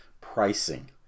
pricing